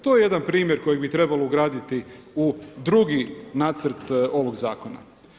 To je jedan primjer koji bi trebao ugraditi u drugi nacrt ovog zakona.